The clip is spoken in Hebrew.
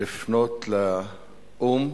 לפנות לאו"ם